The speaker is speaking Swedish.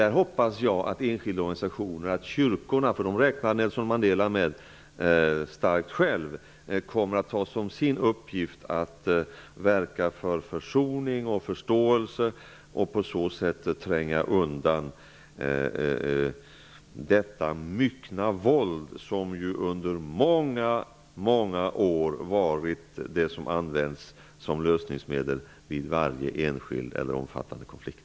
Jag hoppas att de enskilda organisationerna -- och kyrkorna, som Nelson Mandela starkt räknar med -- kommer att ta som sin uppgift att verka för försoning och förståelse och på så sätt tränga undan det våld som under många år har använts för att lösa varje omfattande konflikt.